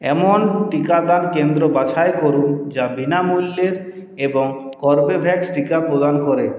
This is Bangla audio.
এমন টিকাদান কেন্দ্র বাছাই করুন যা বিনামূল্যের এবং কর্বেভ্যাক্স টিকা প্রদান করে